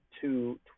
two